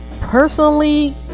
personally